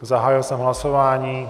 Zahájil jsem hlasování.